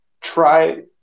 try